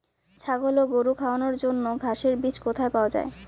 ছাগল ও গরু খাওয়ানোর জন্য ঘাসের বীজ কোথায় পাওয়া যায়?